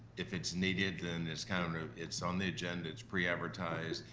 if it's needed, then it's kind of it's on the agenda, it's pre-advertised,